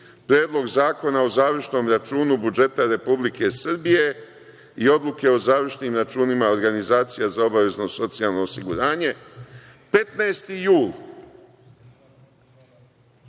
Predlog zakona o završnom računu budžeta Republike Srbije i odluke o završnim računa a organizacije za obavezno socijalno osiguranje 15.